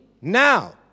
now